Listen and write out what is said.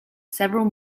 several